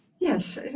yes